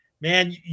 Man